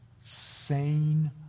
sane